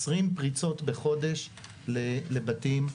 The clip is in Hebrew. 20 פריצות בחודש לבתים.